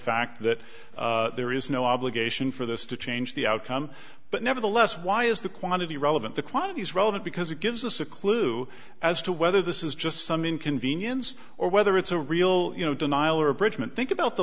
fact that there is no obligation for this to change the outcome but nevertheless why is the quantity relevant the quantity is relevant because it gives us a clue as to whether this is just some inconvenience or whether it's a real you know denial or abridgement think about the